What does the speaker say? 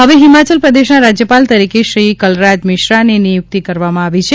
હવે હિમાચલપ્રદેશના રાજ્યપાલ તરીકે શ્રી કલરાજ મિશ્રાની નિયુક્તિ કરવામાં આવી છે